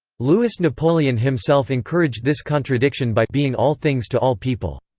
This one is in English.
louis napoleon himself encouraged this contradiction by being all things to all people.